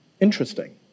Interesting